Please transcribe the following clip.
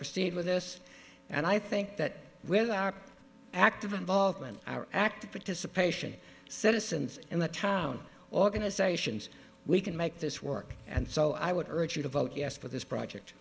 proceed with this and i think that with our active involvement our active participation citizens in the town organizations we can make this work and so i would urge you to vote yes for this project